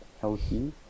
healthy